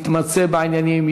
מתמצא בעניינים,